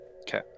Okay